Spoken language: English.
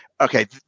okay